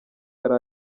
yari